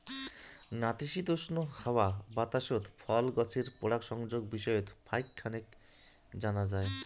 নাতিশীতোষ্ণ হাওয়া বাতাসত ফল গছের পরাগসংযোগ বিষয়ত ফাইক খানেক জানা যায়